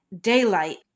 daylight